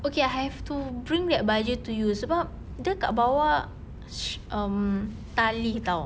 okay I have to bring that baju to you sebab dia kat bawah sh~ um tali [tau]